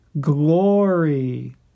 glory